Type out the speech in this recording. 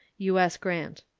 u s. grant.